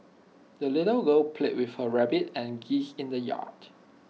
the little girl played with her rabbit and geese in the yard